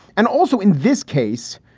and also in this case,